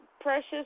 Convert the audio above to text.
precious